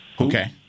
Okay